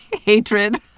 hatred